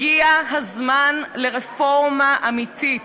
הגיע הזמן לרפורמה אמיתית.